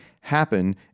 happen